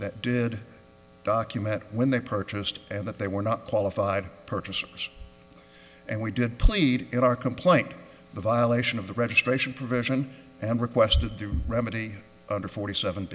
that did document when they purchased and that they were not qualified purchasers and we did plead in our complaint the violation of the registration provision and requested the remedy under forty seven